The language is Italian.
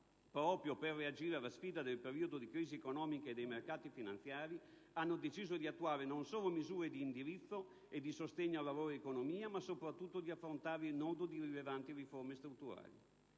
proprio per reagire alla sfida del periodo di crisi economica e dei mercati finanziari, hanno deciso di attuare non solo misure di indirizzo e di sostegno alla loro economia, ma soprattutto di affrontare il nodo di rilevanti riforme strutturali.